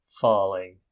falling